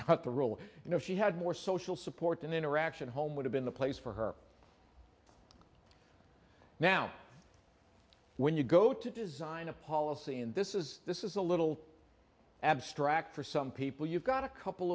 but the rule you know she had more social support and interaction home would have been the place for her now when you go to design a policy and this is this is a little abstract for some people you've got a couple